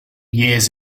years